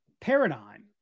paradigm